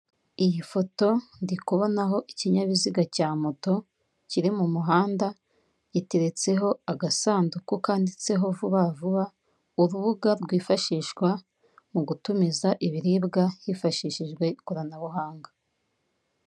Iyi foto ndikubonaho ikinyabiziga cya moto kiri mu muhanda giteretseho agasanduku kanditseho Vubavuba, urubuga rwifashishwa mu gutumiza ibiribwa hifashishijwe ikoranabuhanga.